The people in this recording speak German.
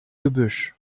gebüsch